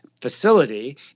facility